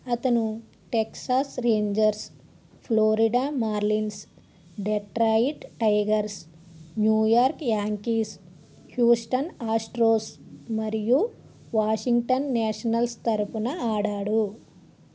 అతను Texas Rangers Florida Marlins Detroit Tigers New York Yankees Houston Astros మరియు Washington Nationals తరపున ఆడాడు